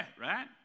right